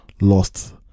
lost